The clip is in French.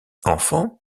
enfant